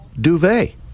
duvet